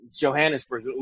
Johannesburg